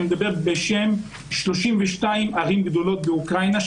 אני מדבר בשם 32 ערים גדולות באוקראינה,